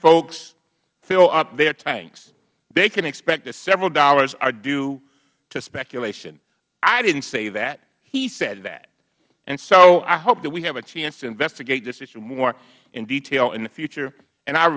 folks fill up their tanks they can expect that several dollars are due to speculation i didn't say that he said that and so i hope that we have a chance to investigate this issue more in detail in the future and i